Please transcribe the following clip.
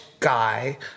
guy